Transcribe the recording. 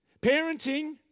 parenting